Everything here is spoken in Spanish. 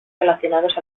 relacionados